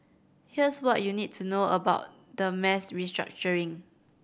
here's what you need to know about the mass restructuring